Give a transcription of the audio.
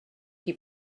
qui